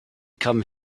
come